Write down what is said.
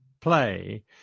play